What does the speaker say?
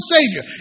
Savior